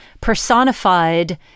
personified